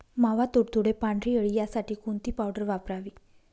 मावा, तुडतुडे, पांढरी अळी यासाठी कोणती पावडर वापरावी?